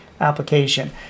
Application